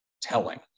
telling